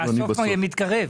הסוף מתקרב.